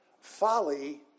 folly